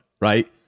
Right